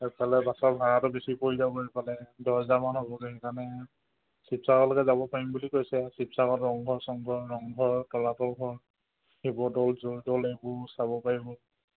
সেইফালে বাছৰ ভাড়াটো বেছি পৰি যাব সেইফালে দছ হাজাৰমান হ'বগৈ সেইকাৰণে শিৱসাগৰলৈকে যাব পাৰিম বুলি কৈছে শিৱসাগৰত ৰংঘৰ চংঘৰ ৰংঘৰ তলাতল ঘৰ শিৱদৌল জয়দৌল এইবোৰ চাব পাৰিব